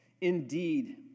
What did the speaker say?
Indeed